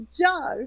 Joe